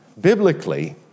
biblically